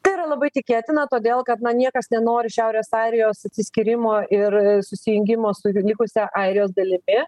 tai yra labai tikėtina todėl kad na niekas nenori šiaurės airijos atsiskyrimo ir susijungimo su likusia airijos dalimi